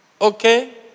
Okay